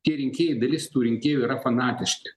tie rinkėjai dalis tų rinkėjų yra fanatiški